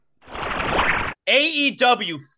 AEW